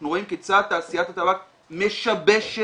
אנחנו רואים כיצד תעשיית הטבק מ שבשבת